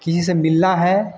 किसी से मिलना है